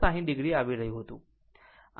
આમ જ તે 60 o છે